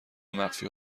مخفی